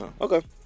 Okay